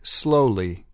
slowly